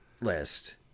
list